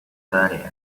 studied